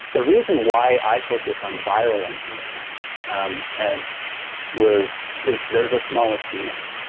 the reason why i focus on viral engineering um and was is they're the smallest genomes,